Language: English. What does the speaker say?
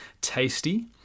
tasty